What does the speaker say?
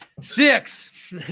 Six